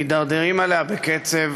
מידרדרים אליה בקצב,